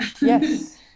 Yes